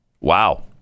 Wow